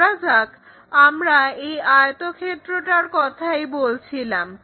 ধরা যাক আমরা এই আয়তক্ষেত্রটার কথাই বলছিলাম